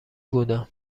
بودم